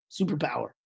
superpower